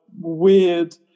weird